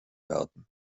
werden